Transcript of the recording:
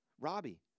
Robbie